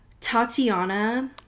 Tatiana